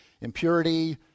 impurity